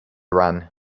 run